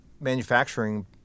manufacturing